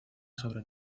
sobre